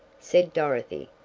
said dorothy,